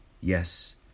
Yes